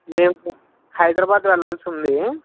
మేము హైదరాబాదు వెళ్ళాల్సి ఉంది